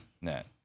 net